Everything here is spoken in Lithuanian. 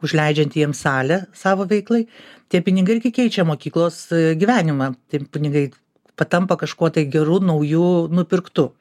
užleidžiant jiems salę savo veiklai tie pinigai irgi keičia mokyklos gyvenimą tie pinigai patampa kažkuo tai geru nauju nupirktu